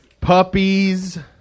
puppies